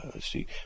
see